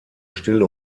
still